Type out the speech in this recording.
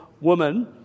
woman